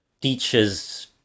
teaches